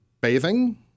bathing